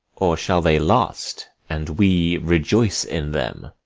or shall they last, and we rejoice in them?